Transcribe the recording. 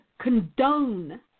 condone